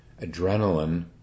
adrenaline